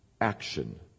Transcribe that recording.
action